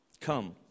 Come